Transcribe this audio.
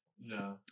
No